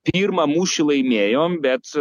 pirmą mūšį laimėjom bet